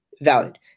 valid